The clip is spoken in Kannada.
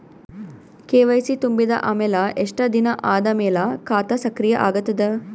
ಕೆ.ವೈ.ಸಿ ತುಂಬಿದ ಅಮೆಲ ಎಷ್ಟ ದಿನ ಆದ ಮೇಲ ಖಾತಾ ಸಕ್ರಿಯ ಅಗತದ?